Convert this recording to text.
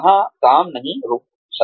वहां काम नहीं रुक सकता